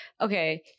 okay